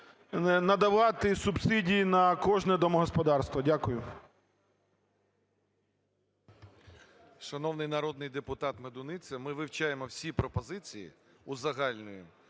надавати субсидії на кожне домогосподарство. Дякую.